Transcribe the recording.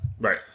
Right